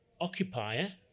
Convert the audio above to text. occupier